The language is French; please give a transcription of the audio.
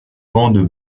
bandes